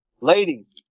Ladies